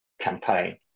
campaign